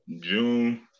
June –